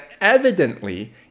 evidently